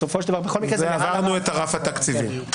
עברנו את הרף התקציבי.